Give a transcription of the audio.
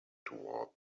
toward